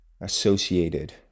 associated